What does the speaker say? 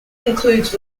includes